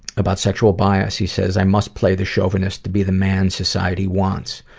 about sexual bias he says, i must play the show and to be the man society wants.